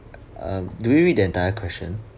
um do you read the entire question